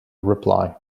reply